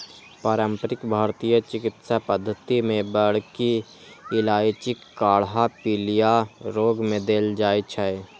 पारंपरिक भारतीय चिकित्सा पद्धति मे बड़की इलायचीक काढ़ा पीलिया रोग मे देल जाइ छै